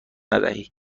ندهی